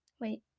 Wait